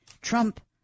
Trump